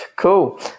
Cool